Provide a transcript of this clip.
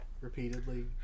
repeatedly